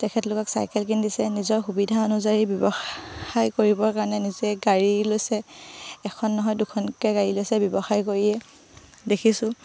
তেখেতলোকক চাইকেল কিনি দিছে নিজৰ সুবিধা অনুযায়ী ব্যৱসায় কৰিবৰ কাৰণে নিজে গাড়ী লৈছে এখন নহয় দুখনকৈ গাড়ী লৈছে ব্যৱসায় কৰিয়ে দেখিছোঁ